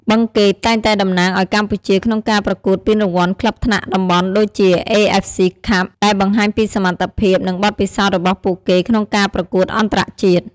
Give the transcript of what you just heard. បឹងកេតតែងតែតំណាងឲ្យកម្ពុជាក្នុងការប្រកួតពានរង្វាន់ក្លឹបថ្នាក់តំបន់ដូចជា AFC Cup ដែលបង្ហាញពីសមត្ថភាព និងបទពិសោធន៍របស់ពួកគេក្នុងការប្រកួតអន្តរជាតិ។